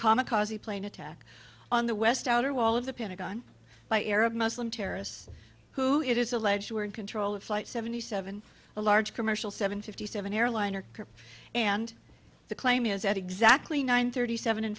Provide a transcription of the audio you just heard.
kamikaze plane attack on the west outer wall of the pentagon by arab muslim terrorists who it is alleged were in control of flight seventy seven a large commercial seven fifty seven airliner and the claim is at exactly nine thirty seven